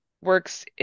works